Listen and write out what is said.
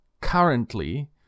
currently